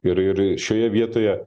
ir ir šioje vietoje